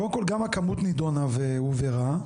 קודם כל, גם הכמות נידונה והובהרה.